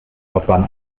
autobahn